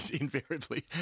invariably